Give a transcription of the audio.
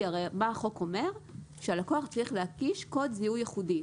החוק אומר שהלקוח צריך להקיש קוד זיהוי ייחודי.